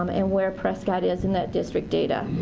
um and where prescott is in that district data.